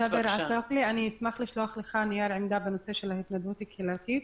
אני אשמח לשלוח לך נייר עמדה בנושא ההתנדבות הקהילתית.